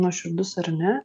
nuoširdus ar ne